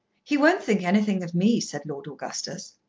he won't think anything of me, said lord augustus.